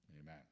amen